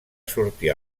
sortir